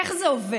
איך זה עובד?